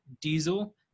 diesel